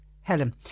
Helen